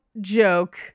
joke